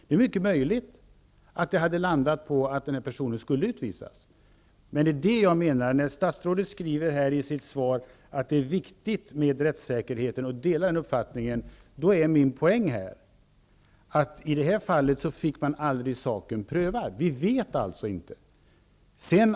Det är mycket möjligt att man hade landat på att den här personen skulle utvisas, men när statsrådet skriver i sitt svar att det är viktigt med rättssäkerheten och att hon delar min uppfattning, är min poäng att man i detta fall aldrig fick saken prövad. Vi vet alltså inte.